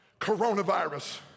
coronavirus